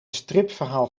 stripverhaal